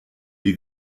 die